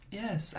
yes